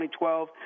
2012